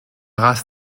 race